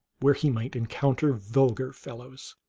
where he might encounter vulgar fellows.